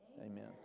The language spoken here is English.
Amen